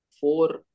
four